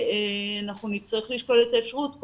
אנחנו נצטרך לשקול את האפשרות,